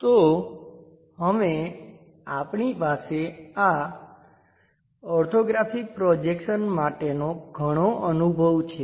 તેથી હવે આપણી પાસે આ ઓર્થોગ્રાફિક પ્રોજેક્શન્સ માટેનો ઘણો અનુભવ છે